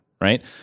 Right